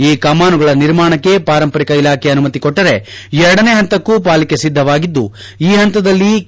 ಈ ಕಮಾನುಗಳ ನಿರ್ಮಾಣಕ್ಕೆ ಪಾರಂಪರಿಕ ಇಲಾಖೆ ಅನುಮತಿ ಕೊಟ್ಟರೆ ಎರಡನೆ ಹಂತಕ್ಕೂ ಪಾಲಿಕೆ ಸಿದ್ದವಾಗಿದ್ದು ಈ ಪಂತದಲ್ಲಿ ಕೆ